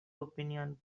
opinion